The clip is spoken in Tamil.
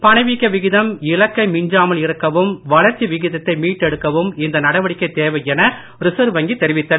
பணவீக்க விகிதம் இலக்கை மிஞ்சாமல் இருக்கவும் வளர்ச்சி விகிதத்தை மீட்டெடுக்கவும் இந்த நடவடிக்கை தேவை என ரிசர்வ் வங்கி தெரிவித்தது